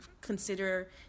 consider